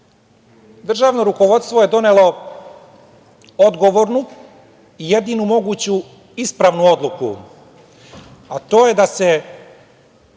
državno rukovodstvo je donelo odgovornu i jedinu moguću ispravnu odluku, a to je da se